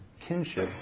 kinship